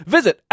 Visit